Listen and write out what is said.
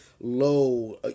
low